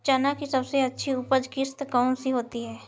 चना की सबसे अच्छी उपज किश्त कौन सी होती है?